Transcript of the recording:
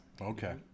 Okay